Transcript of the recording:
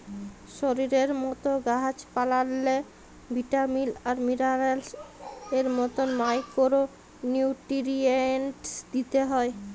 শরীরের মত গাহাচ পালাল্লে ভিটামিল আর মিলারেলস এর মত মাইকোরো নিউটিরিএন্টস দিতে হ্যয়